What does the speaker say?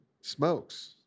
smokes